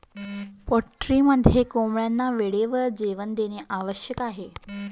पोल्ट्रीमध्ये कोंबड्यांना वेळेवर जेवण देणे आवश्यक आहे